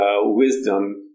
wisdom